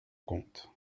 compte